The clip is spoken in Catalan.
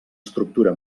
estructura